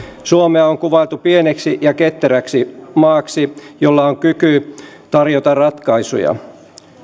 suomea on kuvailtu pieneksi ja ketteräksi maaksi jolla on kyky tarjota ratkaisuja